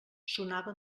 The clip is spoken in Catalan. sonava